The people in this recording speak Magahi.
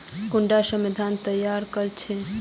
कुंडा मशीनोत तैयार कोर छै?